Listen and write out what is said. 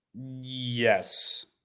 Yes